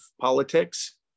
politics